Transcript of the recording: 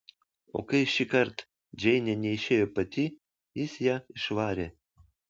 o kai šįkart džeinė neišėjo pati jis ją išvarė